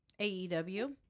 AEW